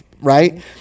right